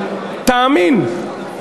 תאמין,